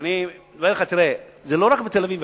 אני אומר לך: תראה, זה לא רק בתל-אביב.